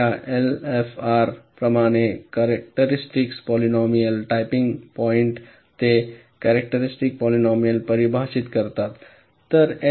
आता या एलएफएसआर प्रमाणे करेट्रिस्टिक पॉलिनोमिल टॅपिंग पॉईंट्स ते करेट्रिस्टिक पॉलिनोमिल परिभाषित करतात